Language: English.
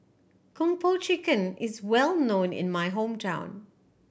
Kung Po Chicken is well known in my hometown